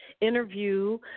interview